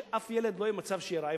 שאף ילד לא יהיה רעב,